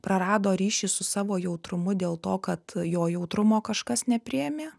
prarado ryšį su savo jautrumu dėl to kad jo jautrumo kažkas nepriėmė